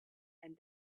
and